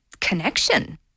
connection